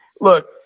Look